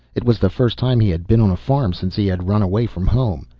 it was the first time he had been on a farm since he had run away from home.